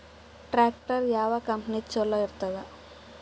Tractor ಯಾವ ಕಂಪನಿದು ಚಲೋ ಇರತದ?